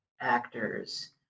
actors